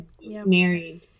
Married